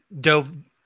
dove